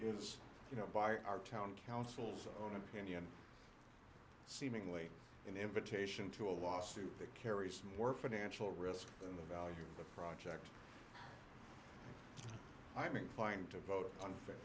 is you know by our town council on opinion seemingly an invitation to a lawsuit that carries more financial risk than the value of the project i'm inclined to vote